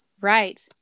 Right